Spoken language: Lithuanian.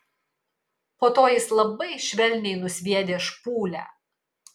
po to jis labai švelniai nusviedė špūlę